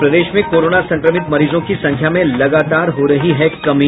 और प्रदेश में कोरोना संक्रमित मरीजों की संख्या में लगातार हो रही है कमी